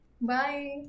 Bye